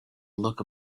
look